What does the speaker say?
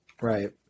Right